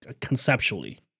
conceptually